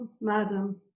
madam